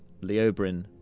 Leobrin